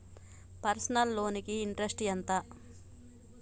Personal loan కి interest ఎంత?